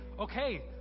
okay